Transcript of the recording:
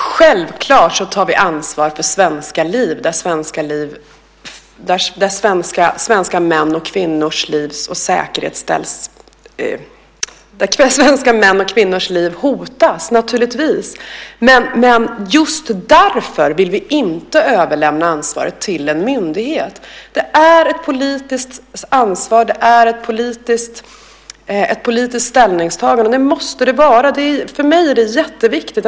Herr talman! Självklart tar vi ansvar för svenska liv där svenska mäns och kvinnors liv hotas - naturligtvis! Just därför vill vi inte överlämna ansvaret till en myndighet. Det är ett politiskt ansvar och ett politiskt ställningstagande, och det måste det vara. För mig är det jätteviktigt.